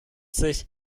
sich